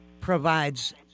provides